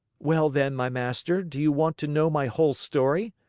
well, then, my master, do you want to know my whole story?